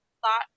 thought